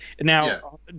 now